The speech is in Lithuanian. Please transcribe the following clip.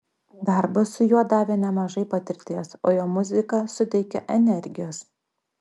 darbas su juo davė nemažai patirties o jo muzika suteikia energijos